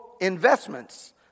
investments